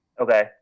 okay